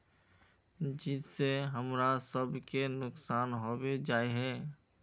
जिस से हमरा सब के नुकसान होबे जाय है?